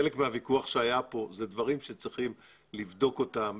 חלק מהוויכוח שהיה פה נובע מדברים שצריך לבדוק אותם,